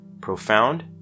profound